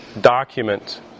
document